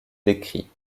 décrit